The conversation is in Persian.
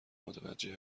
متوجه